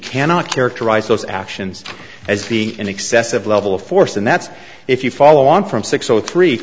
cannot characterize those actions as being an excessive level of force and that's if you follow on from six o three